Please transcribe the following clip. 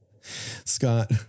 Scott